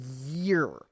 year